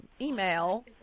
email